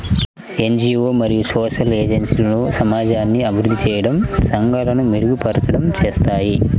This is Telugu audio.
ఎన్.జీ.వో మరియు సోషల్ ఏజెన్సీలు సమాజాన్ని అభివృద్ధి చేయడం, సంఘాలను మెరుగుపరచడం చేస్తాయి